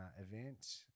event